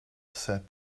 said